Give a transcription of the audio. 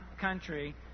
country